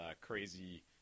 crazy